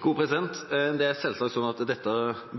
Det er selvsagt sånn at dette